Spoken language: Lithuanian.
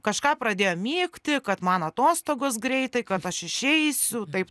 kažką pradėjo mykti kad man atostogos greitai kad aš išeisiu taip